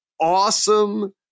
awesome